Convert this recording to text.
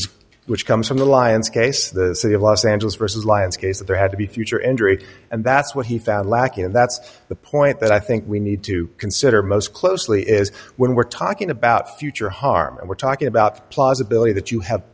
is which comes from the lions case the city of los angeles versus lyons case that there had to be future injury and that's what he found lacking and that's the point that i think we need to consider most closely is when we're talking about future harm and we're talking about plausibility that you have